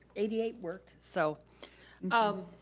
eighty eight worked. so um